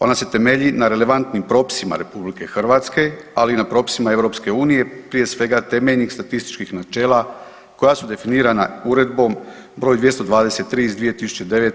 Ona se temelji na relevantnim propisima RH, ali i na propisima EU prije svega temeljnih statističkih načela koja su definirana Uredbom broj 223 iz 2009.